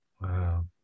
Wow